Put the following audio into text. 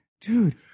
dude